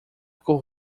cor